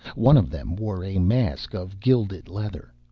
one of them wore a mask of gilded leather.